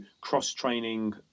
cross-training